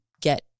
get